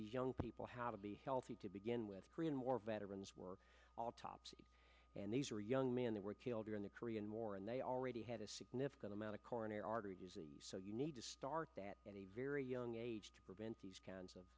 teach young people how to be healthy to begin with korean war veterans were autopsy and these are young men that were killed during the korean war and they already had a significant amount of coronary artery disease so you need to start that at a very young age to prevent these kinds of